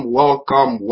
welcome